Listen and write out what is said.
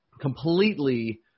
completely